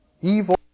Evil